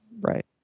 Right